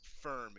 firm